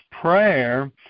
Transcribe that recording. Prayer